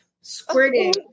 squirting